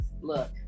look